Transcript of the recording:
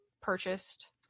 purchased